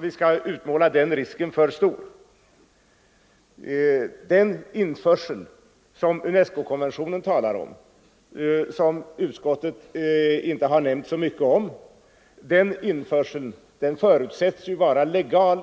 vi skall utmåla risken som alltför stor. Den införsel som UNESCO-konventionen talar om men som utskottet inte har nämnt så mycket om förutsätts vara legal.